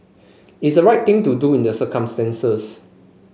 is right thing to do in the circumstances